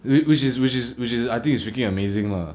which which is which is which is I think it's freaking amazing lah